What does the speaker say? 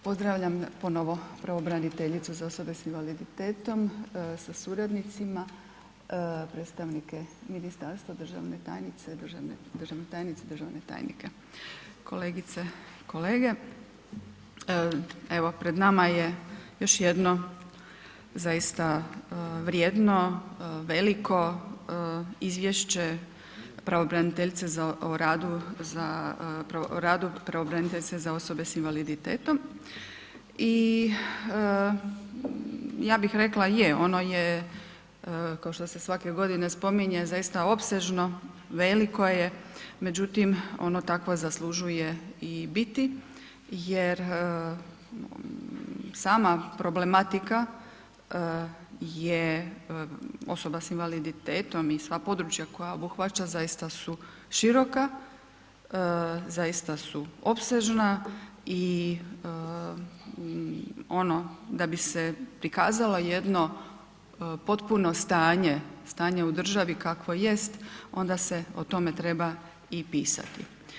Pozdravljam ponovo pravobraniteljicu za osobe s invaliditetom sa suradnicima, predstavnike ministarstva, državne tajnice, državne tajnike, kolegice i kolege, evo pred nama je još jedno zaista vrijedno veliko izvješće pravobraniteljice o radu za, o radu pravobraniteljice za osobe s invaliditetom i ja bih rekla je ono je kao što se svake godine spominje zaista opsežno, veliko je međutim ono takvo zaslužuje i biti jer sama problematika je osoba s invaliditetom i sva područja koja obuhvaća zaista su široka, zaista su opsežna i ovo da bi se prikazala jedno potpuno stanje, stanje u državi kakvo jest onda se o tome treba i pisati.